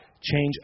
change